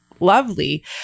lovely